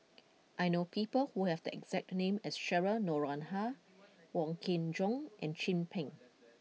I know people who have the exact name as Cheryl Noronha Wong Kin Jong and Chin Peng